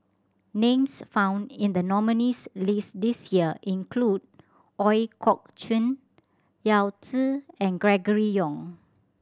names found in the nominees' list this year include Ooi Kok Chuen Yao Zi and Gregory Yong